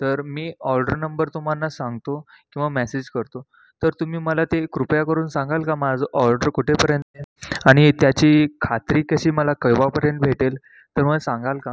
तर मी order number तुम्हाला सांगतो किंवा मेसेज करतो तर तुम्ही मला ते कृपया करून सांगाल का माझं ऑर्डर कुठे पर्यंत आणि त्याची खात्री कशी मला केंव्हापर्यंत भेटेल तर मला सांगाल का